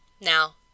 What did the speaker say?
now